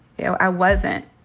you know, i wasn't.